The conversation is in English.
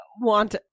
want